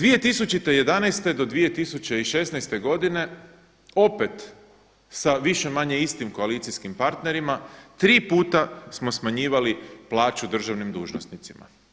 2011. do 2016. godine opet sa više-manje istim koalicijskim partnerima tri puta smo smanjivali plaću državnim dužnosnicima.